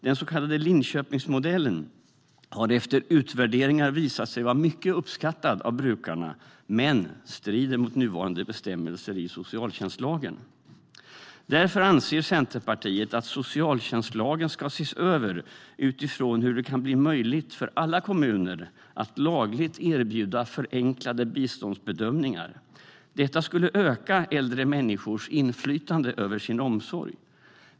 Den så kallade Linköpingsmodellen har efter utvärderingar visat sig vara mycket uppskattad av brukarna men strider mot nuvarande bestämmelser i socialtjänstlagen. Därför anser Centerpartiet att socialtjänstlagen ska ses över utifrån hur det kan bli möjligt för alla kommuner att lagligt erbjuda förenklade biståndsbedömningar. Detta skulle öka äldre människors inflytande över sin omsorg.